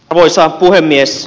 arvoisa puhemies